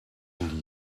liegen